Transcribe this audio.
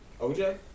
OJ